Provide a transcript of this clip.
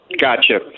Gotcha